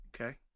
Okay